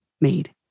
made